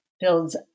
builds